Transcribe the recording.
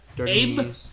Abe